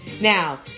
Now